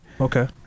Okay